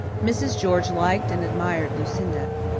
mrs. george liked and admired lucinda.